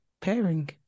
pairing